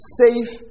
safe